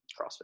CrossFit